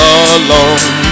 alone